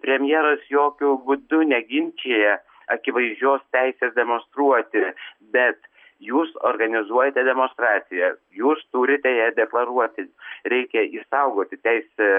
premjeras jokiu būdu neginčija akivaizdžios teisės demonstruoti bet jūs organizuojate demonstraciją jūs turite ją deklaruoti reikia išsaugoti teisę